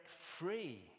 free